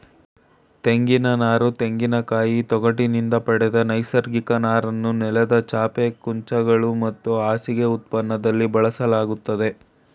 ತೆಂಗಿನನಾರು ತೆಂಗಿನಕಾಯಿ ತೊಗಟಿನಿಂದ ಪಡೆದ ನೈಸರ್ಗಿಕ ನಾರನ್ನು ನೆಲದ ಚಾಪೆ ಕುಂಚಗಳು ಮತ್ತು ಹಾಸಿಗೆ ಉತ್ಪನ್ನದಲ್ಲಿ ಬಳಸಲಾಗ್ತದೆ